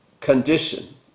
condition